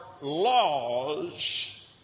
laws